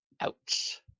Ouch